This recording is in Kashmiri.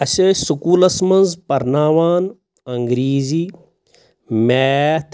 اَسہِ ٲسۍ سکوٗلَس منٛز پَرناوان انگریٖزی میتھ